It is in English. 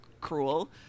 cruel